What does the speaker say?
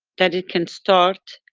that it can start.